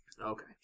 Okay